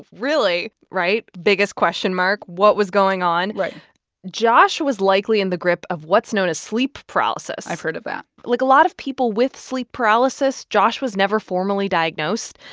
really, right? biggest question mark. what was going on? right josh was likely in the grip of what's known as sleep paralysis i've heard of that like a lot of people with sleep paralysis, josh was never formally diagnosed.